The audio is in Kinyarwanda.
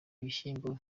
ibishyimbo